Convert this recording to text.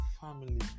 family